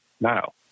now